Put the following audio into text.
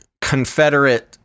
confederate